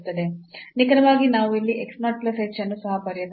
ನಿಖರವಾಗಿ ನಾವು ಇಲ್ಲಿ x 0 plus h ಅನ್ನು ಸಹ ಬರೆಯಬಹುದು